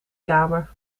kamer